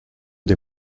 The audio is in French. des